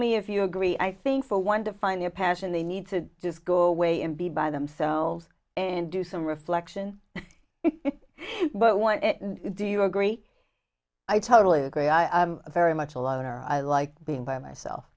me if you agree i think for one to find their passion they need to just go away and be by themselves and do some reflection but what do you agree i totally agree i very much a lot of are i like being by myself